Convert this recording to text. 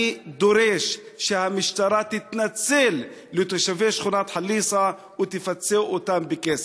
אני דורש שהמשטרה תתנצל בפני תושבי שכונת חליסה ותפצה אותם בכסף.